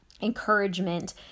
encouragement